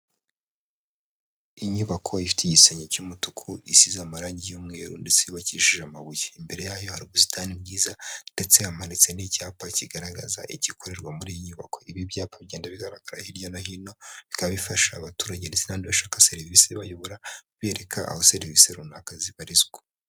Inyubako ifite igisenge cy'umutuku isize amarangi y'umweru ndetse yubakishije amabuye, imbere yayo hari ubusitani bwiza ndetse hamanitse n'icyapa kigaragaza igikorerwa muri iyi nyubako, ibi byapa bigenda bigaragara hirya no hino bikaba bifasha abaturage ndetse n'abandi bashaka serivisi ibayobora bereka aho serivisi runaka zibarizwa.